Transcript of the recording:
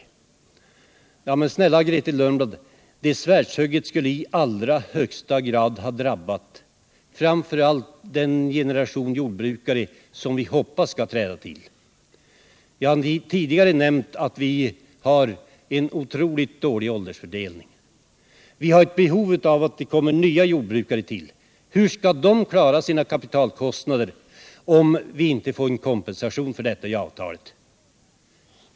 Men snälla Grethe Lundblad, det svärds hugget skulle i allra högsta grad ha drabbat framför allt den generation jordbrukare som vi hoppas skall träda till! Jag har tidigare nämnt att vi har en otroligt dålig åldersfördelning. Vi har ett behov av att nya jordbrukare tillkommer, men hur skall de kunna klara sina kapitalkost 73 nader, om det inte blir någon kompensation för kapitalkostnader i avtalet?